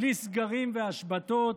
בלי סגרים והשבתות,